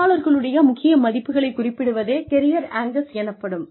பணியாளர்களுடைய முக்கிய மதிப்புகளை குறிப்பிடுவதே கெரியர் ஆங்கர்ஸ் எனப்படும்